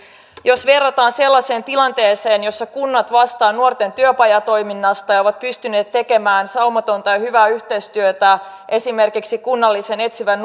jos verrataan sellaiseen tilanteeseen jossa kunnat vastaavat nuorten työpajatoiminnasta ja ovat pystyneet tekemään saumatonta ja hyvää yhteistyötä esimerkiksi kunnallisen etsivän